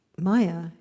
maya